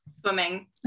Swimming